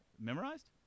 Memorized